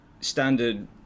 standard